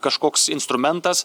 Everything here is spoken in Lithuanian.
kažkoks instrumentas